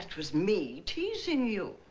was me teasing you.